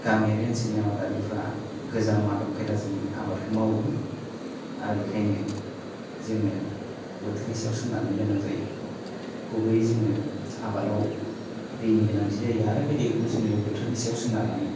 गामियारि ओनसोलनि आबादारिफ्रा गोजाम आदब खायदाजों आबादखौ मावो आरो बेखायनो जोङो बोथोरनि सायाव सोनारनो गोनां जायो गुबैयै जोङो आबादाव दैनि गोनांथि जायो आरो बे दैखौ जोङो बोथोरनि सायाव सोनारनानै